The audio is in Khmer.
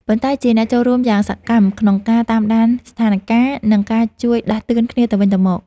ប៉ុន្តែជាអ្នកចូលរួមយ៉ាងសកម្មក្នុងការតាមដានស្ថានការណ៍ និងការជួយដាស់តឿនគ្នាទៅវិញទៅមក។